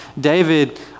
David